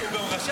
--- והוא רשם.